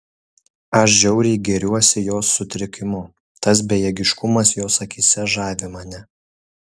aš žiauriai gėriuosi jos sutrikimu tas bejėgiškumas jos akyse žavi mane